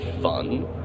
fun